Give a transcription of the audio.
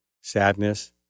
sadness